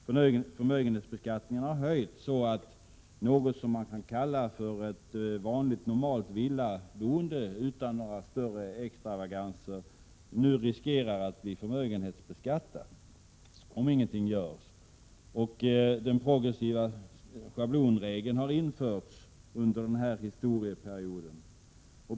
Förmögenhetsbeskattfösligh « ningen har höjts, så att något som man kan kalla vanligt normalt villaboende KY RTAeTtA; m.m. utan några större extravaganser nu riskerar att bli förmögenhetsbeskattat, omingenting görs. Den progressiva schablonregeln har införts under den här perioden.